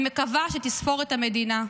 אני מקווה שתספור את המדינה,